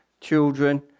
children